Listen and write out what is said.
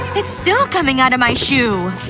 it's still coming outta my shoe!